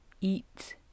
eat